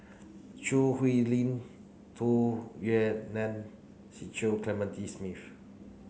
Choo Hwee Lim Tu Yue Nang Clementi Smith